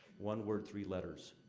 one word, three letters.